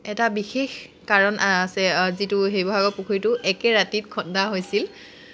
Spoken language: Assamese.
এটা বিশেষ কাৰণ আছে যিটো শিৱসাগৰ পুখুৰীটো একে ৰাতিত খন্দা হৈছিল